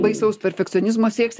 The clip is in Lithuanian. baisaus perfekcionizmo sieksi